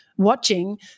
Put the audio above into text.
watching